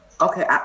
Okay